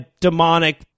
demonic